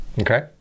Okay